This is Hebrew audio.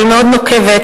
אבל מאוד נוקבת,